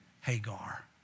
Hagar